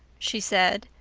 she said,